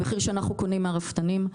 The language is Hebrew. המחר שאנחנו קונים מהרפתנים,